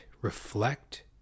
reflect